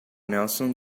nelson